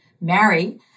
marry